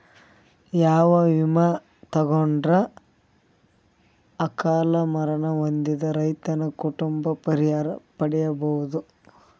ಯಾವ ವಿಮಾ ತೊಗೊಂಡರ ಅಕಾಲ ಮರಣ ಹೊಂದಿದ ರೈತನ ಕುಟುಂಬ ಪರಿಹಾರ ಪಡಿಬಹುದು?